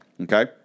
okay